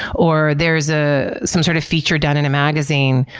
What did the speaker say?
or, there's ah some sort of feature done in a magazine,